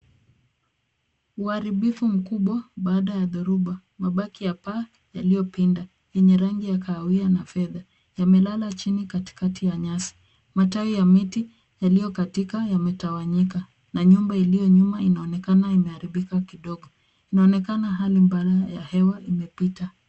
Uharibifu mkubwa baada ya dhoruba. Mabaki ya paa yaliyopinda yenye rangi ya kahawia na fedha , yamelala chini katikati ya nyasi. Matawi ya miti yaliyokatika yametawanyika na nyumba iliyonyuma , inaonekana imeharibika kidogo. Inaonekana hali mbaya ya hewa imepita.